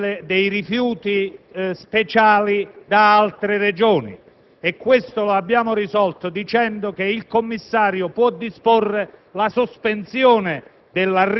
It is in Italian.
che è stata preoccupazione costante, nel corso dell'esame in Commissione, quella di evidenziare tutte le possibili associazioni di corresponsabilità